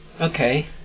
Okay